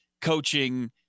coaching